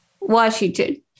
Washington